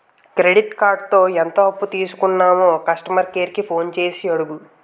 credit కార్డుతో ఎంత అప్పు తీసుకున్నామో కస్టమర్ కేర్ కి ఫోన్ చేసి అడుగు